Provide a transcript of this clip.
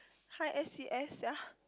high S_E_S sia